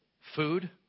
Food